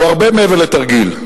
הוא הרבה מעבר לתרגיל,